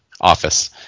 office